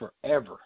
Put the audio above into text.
forever